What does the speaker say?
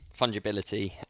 fungibility